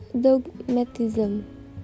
dogmatism